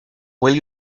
will